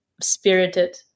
spirited